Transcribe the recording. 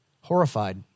horrified